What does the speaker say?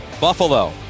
Buffalo